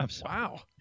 Wow